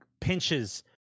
pinches